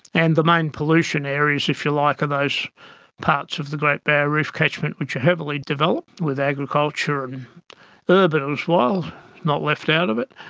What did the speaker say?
and the main pollution areas, if you like, are those parts of the great barrier reef catchment which are heavily developed with agriculture and urban um as well not left out of it.